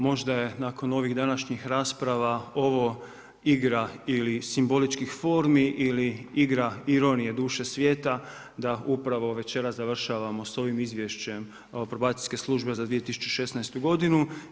Možda je nakon ovih današnjih rasprava ovo igra ili simboličkih formi ili igra ironije duše svijeta da upravo večeras završimo sa ovim izvješćem, probacijske službe za 2016. godinu.